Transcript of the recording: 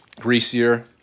greasier